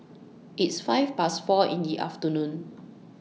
its five Past four in The afternoon